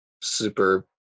super